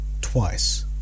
twice